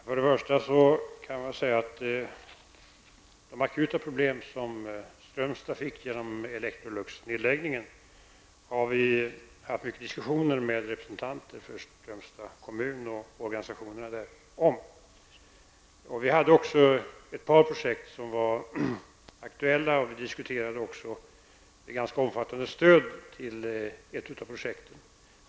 Fru talman! För det första kan man säga att de akuta problem som Strömstad fick i och med Electroluxnedläggningen har vi haft mycket diskussioner om med representanter för Strömstads kommun och för organisationer där. Vi diskuterade också ett par projekt som var aktuella, och vi diskuterade också ett ganska omfattande stöd till ett av projekten.